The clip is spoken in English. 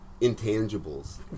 intangibles